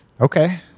okay